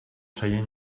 seient